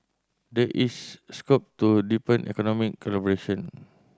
there is scope to deepen economic collaboration